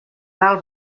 val